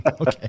okay